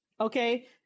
Okay